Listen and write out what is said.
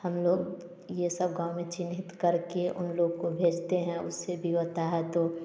हम लोग ये सब गाँव में चिंहित करके उन लोग को भेजते हैं उससे भी होता है तो